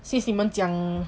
since 你们讲